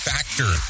Factor